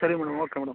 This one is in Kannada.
ಸರಿ ಮೇಡಮ್ ಓಕೆ ಮೇಡಮ್